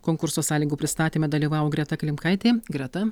konkurso sąlygų pristatyme dalyvavo greta klimkaitė greta